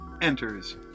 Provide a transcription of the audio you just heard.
enters